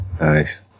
nice